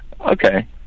Okay